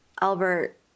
Albert